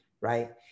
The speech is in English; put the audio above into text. Right